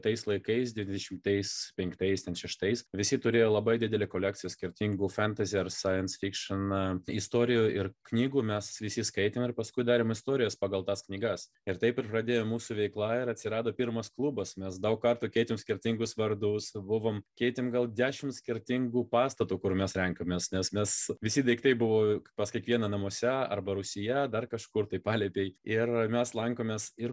tais laikais devyniasdešimtais penktais ten šeštais visi turėjo labai didelę kolekciją skirtingų fentazi ar sains fikšin istorijų ir knygų mes visi skaitėme ir paskui darėm istorijas pagal tas knygas ir taip ir žadėjo mūsų veikla ir atsirado pirmas klubas mes daug kartų keitėm skirtingus vardus buvom keitėm gal dešimt skirtingų pastatų kur mes renkamės nes mes visi daiktai buvo pas kiekvieną namuose arba rūsyje dar kažkur tai palėpėj ir mes lankomės ir